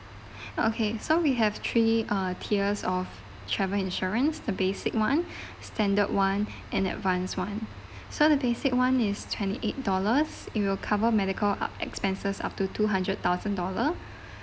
okay so we have three uh tiers of travel insurance the basic [one] standard [one] and advanced [one] so the basic [one] is twenty eight dollars it will cover medical uh expenses up to two hundred thousand dollar